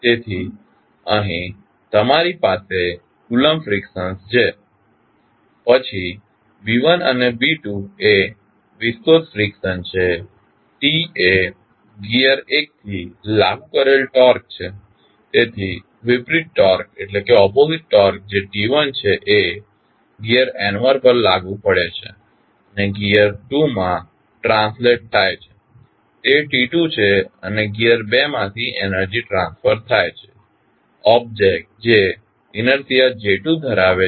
તેથી અહીં તમારી પાસે કુલંબ ફ્રિક્શન્સ છે પછી B1 અને B2 એ વિસ્કોસ ફ્રિક્શન્સ છે T એ ગિઅર 1 થી લાગુ કરેલ ટોર્ક છે તેથી વિપરીત ટોર્ક જે T1 છે એ ગિઅર N1 પર લાગુ પડે છે અને ગિઅર 2 માં ટ્રાન્સલેટ થાય છે તે T2 છે અને ગિઅર 2 માંથી એનર્જી ટ્રાન્સફર થાય છે ઓબ્જેક્ટ જે ઇનેર્શીઆ J2 ધરાવે છે